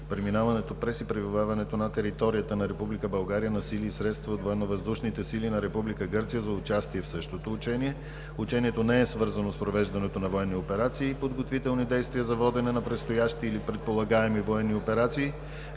Преминаването през и пребиваването на територията на Република България на сили и средства от Военновъздушните сили на Република Гърция за участие в същото учение. Учението не е свързано с провеждането на военни операции и подготвителни действия за водене на предстоящи или предполагаеми военни операции,